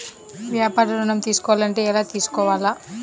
వ్యాపార ఋణం తీసుకోవాలంటే ఎలా తీసుకోవాలా?